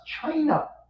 China